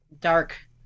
dark